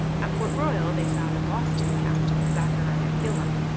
at port royal they found a boston captain, zachariah gillam,